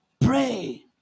pray